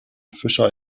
fisher